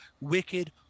wicked